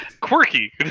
quirky